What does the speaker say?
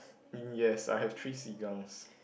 mm yes I have three seagulls